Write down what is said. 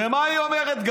ומה היא גם אומרת?